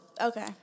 Okay